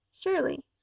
Surely